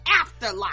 afterlife